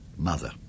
Mother